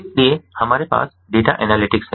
इसलिए हमारे पास डेटा एनालिटिक्स है